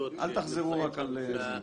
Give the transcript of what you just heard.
-- אל תחזרו על דברים.